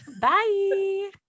Bye